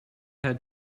had